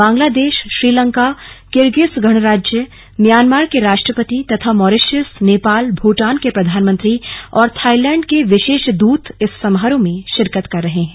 Bangladesh Sri Lanka Kyrgyz गणराज्य Myanmar के राष्ट्रपति तथा मॉरिशस नेपाल भूटान के प्रधानमंत्री और थाइलैंड के विशेष दूत इस समारोह में शिरकत कर रहे हैं